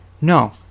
no